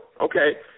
Okay